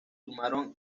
sumaron